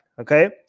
Okay